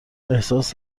احساس